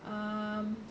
um